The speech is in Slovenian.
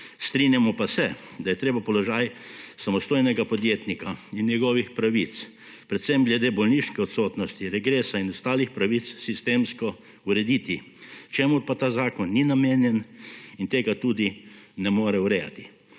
Strinjamo pa se, da je treba položaj samostojnega podjetnika in njegovih pravic predvsem glede bolniške odsotnosti, regresa in ostalih pravic sistemsko urediti, čemur ta zakon ni namenjen in tega tudi ne more urejati.